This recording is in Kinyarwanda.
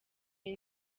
iyi